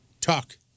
Talk